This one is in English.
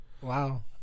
Wow